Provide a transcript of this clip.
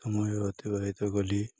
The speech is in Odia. ସମୟ ଅତିବାହିତ କଲି